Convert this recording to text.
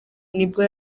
nibwo